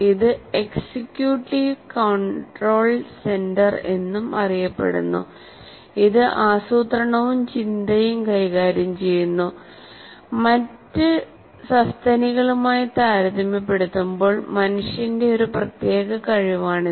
ഇത് executive control centre എന്നും അറിയപ്പെടുന്നു ഇത് ആസൂത്രണവും ചിന്തയും കൈകാര്യം ചെയ്യുന്നു മറ്റ് സസ്തനികളുമായി താരതമ്യപ്പെടുത്തുമ്പോൾ മനുഷ്യന്റെ ഒരു പ്രത്യേക കഴിവാണിത്